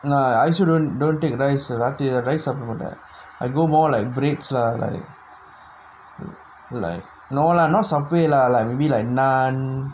ya I also don't don't take rice lah ராத்திரில:raathirila rice சாப்புட மாட்டே:saapuda maattae I go more like breads lah like no lah not Subway lah like maybe like naan